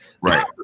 Right